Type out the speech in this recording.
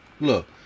Look